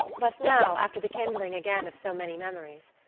but now, after the kindling again of so many memories,